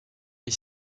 est